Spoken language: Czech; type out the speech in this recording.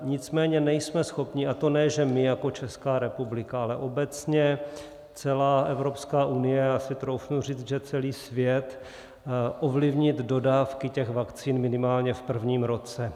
Nicméně nejsme schopni a to ne že my jako Česká republika, ale obecně celá Evropská unie a troufnu si říct, že celý svět ovlivnit dodávky vakcín minimálně v prvním roce.